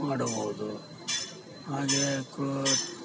ಮಾಡಬಹುದು ಹಾಗೇ ಕ್ರೂ